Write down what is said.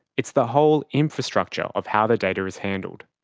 it's the whole infrastructure of how the data is handled.